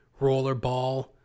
rollerball